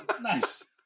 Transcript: Nice